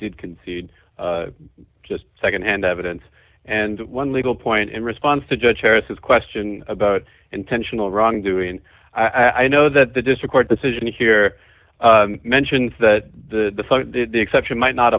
did concede just secondhand evidence and one legal point in response to judge harris's question about intentional wrongdoing and i know that the district court decision here mentions that the exception might not